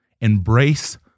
Embrace